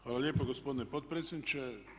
Hvala lijepo gospodine potpredsjedniče.